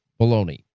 baloney